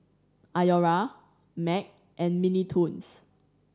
Iora Mac and Mini Toons